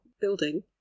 building